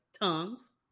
tongues